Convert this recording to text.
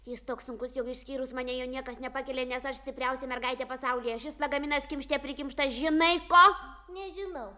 jis toks sunkus jau išskyrus mane jo niekas nepakelia nes aš stipriausia mergaitė pasaulyje šis lagaminas kimšte prikimštas žinai ko nežinau